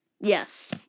Yes